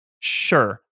Sure